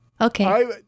Okay